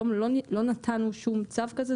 לא נתנו שום צו כזה,